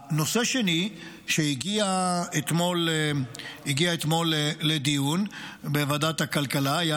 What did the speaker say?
נושא שני שהגיע אתמול לדיון בוועדת הכלכלה היה